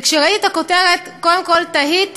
כשראיתי את הכותרת, קודם כול תהיתי: